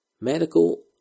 Medical